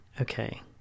Okay